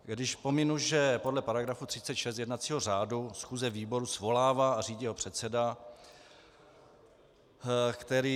Když pominu, že podle § 36 jednacího řádu schůze výboru svolává a řídí ho předseda, který...